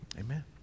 Amen